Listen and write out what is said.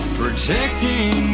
protecting